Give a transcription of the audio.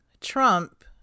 Trump